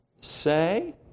say